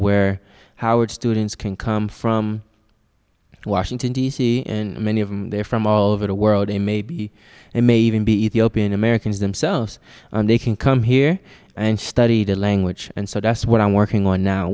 where howard students can come from washington d c and many of them they're from all over the world and maybe they may even be ethiopian americans themselves and they can come here and study the language and so that's what i'm working on now